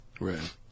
Right